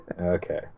Okay